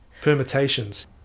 permutations